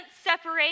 separate